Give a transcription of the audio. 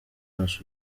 maso